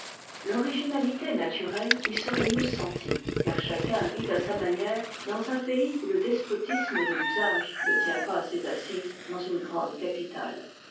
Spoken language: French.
l'originalité naturelle y serait mieux sentie car chacun vit à sa manière dans un pays où le despotisme de l'usage ne tient pas ses assises dans une grande capitale